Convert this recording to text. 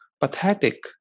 pathetic